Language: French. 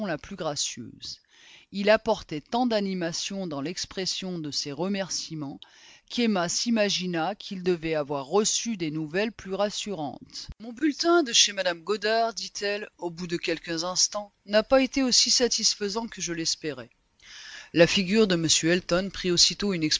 la plus gracieuse il apportait tant d'animation dans l'expression de ses remerciements qu'emma s'imagina qu'il devait avoir reçu des nouvelles plus rassurantes mon bulletin de chez mme goddard dit-elle au bout de quelques instants n'a pas été aussi satisfaisant que je l'espérais la figure de m elton prit aussitôt